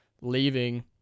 leaving